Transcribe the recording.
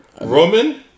Roman